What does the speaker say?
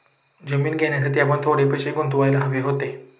जमीन घेण्यासाठी आपण थोडे पैसे गुंतवायला हवे होते